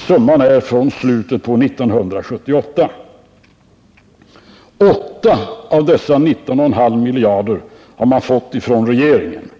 Summan är från slutet av 1978. 8 av dessa 19,5 miljarder har man fått från regeringen.